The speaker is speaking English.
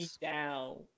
down